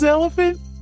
Elephant